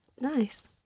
Nice